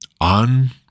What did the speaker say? on